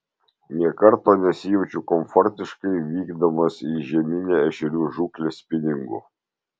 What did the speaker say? nė karto nesijaučiu komfortiškai vykdamas į žieminę ešerių žūklę spiningu